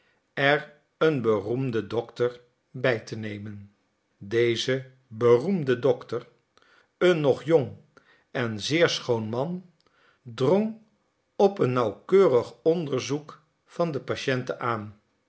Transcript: er een beroemden dokter bij te nemen deze beroemde dokter een nog jong en zeer schoon man drong op een nauwkeurig onderzoek van de patiënte aan